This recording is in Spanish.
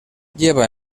lleva